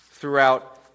Throughout